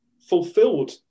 fulfilled